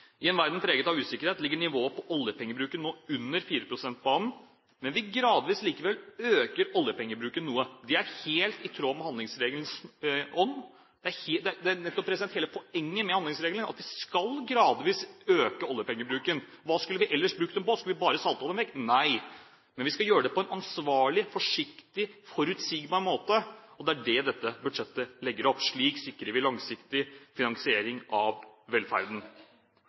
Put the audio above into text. I en verden preget av usikkerhet ligger nivået på oljepengebruken nå under 4 pst.-banen, men likevel øker vi gradvis oljepengebruken noe. Det er helt i tråd med handlingsregelens ånd. Det er nettopp det som er hele poenget med handlingsregelen, at vi gradvis skal øke oljepengebruken. Hva skulle vi ellers brukt dem på? Skulle vi bare saltet dem vekk? Nei. Men vi skal gjøre det på en ansvarlig, forsiktig og forutsigbar måte, og det er det dette budsjettet legger opp til. Slik sikrer vi langsiktig finansiering av velferden.